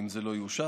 אם זה לא יאושר.